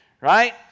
right